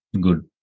good